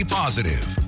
positive